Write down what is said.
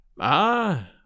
Ah